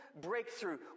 breakthrough